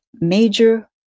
major